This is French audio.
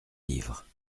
livre